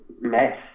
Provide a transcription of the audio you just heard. mess